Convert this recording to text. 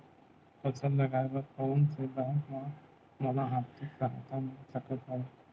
फसल लगाये बर कोन से बैंक ले मोला आर्थिक सहायता मिल सकत हवय?